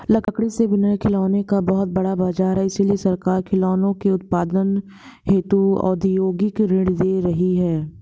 लकड़ी से बने खिलौनों का बहुत बड़ा बाजार है इसलिए सरकार खिलौनों के उत्पादन हेतु औद्योगिक ऋण दे रही है